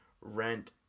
Rent